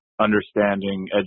understanding